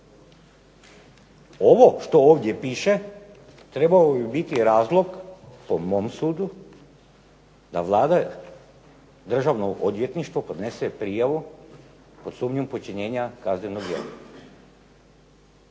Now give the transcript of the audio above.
Ovo što ovdje piše trebao bi biti razlog po mom sudu da Vlada, Državno odvjetništvo podnese prijavu pod sumnjom počinjenja kaznenog djela.